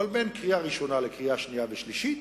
אבל בין קריאה ראשונה לקריאה שנייה ושלישית,